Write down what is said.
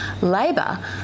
Labor